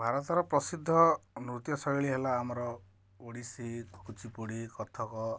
ଭାରତର ପ୍ରସିଦ୍ଧ ନୃତ୍ୟଶୈଳୀ ହେଲା ଆମର ଓଡ଼ିଶୀ କୁଚିପୁଡ଼ି କଥକ